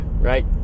right